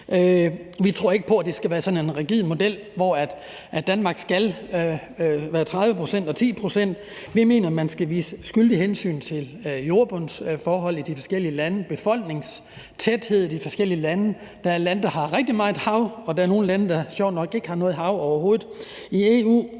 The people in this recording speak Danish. Vi tror ikke på, at det skal være sådan en rigid model, hvor det for Danmarks vedkommende skal være 30 pct. og 10 pct. Vi mener, at man skal tage hensyn til jordbundsforholdene i de forskellige lande og til befolkningstætheden i de forskellige lande. Der er lande i EU, der har rigtig meget hav, og der er nogle lande, der sjovt nok ikke har noget hav overhovedet, og